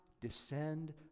descend